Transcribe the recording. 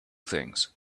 things